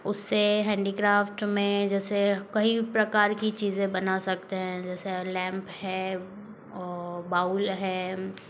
उस्से हैंडीक्राफ्ट में जैसे कई प्रकार की चीज़ें बना सकते हैं जैसे लैंप है और बाउल है